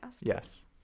Yes